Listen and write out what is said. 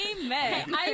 Amen